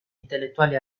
intellettuali